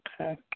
okay